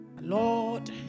Lord